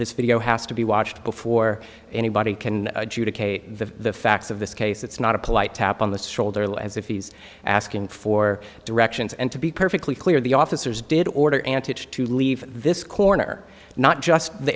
this video has to be watched before anybody can adjudicate the facts of this case it's not a polite tap on the strolled or low as if he's asking for directions and to be perfectly clear the officers did order antics to leave this corner not just the